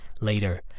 Later